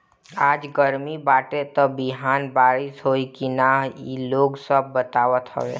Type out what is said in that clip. आज गरमी बाटे त बिहान बारिश होई की ना इ लोग सब बतावत हवे